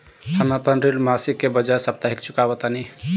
हम अपन ऋण मासिक के बजाय साप्ताहिक चुकावतानी